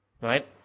right